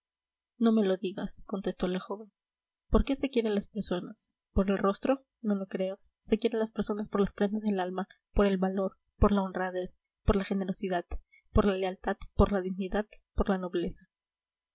no me lo digas contestó la joven por qué se quiere a las personas por el rostro no lo creas se quiere a las personas por las prendas del alma por el valor por la honradez por la generosidad por la lealtad por la dignidad por la nobleza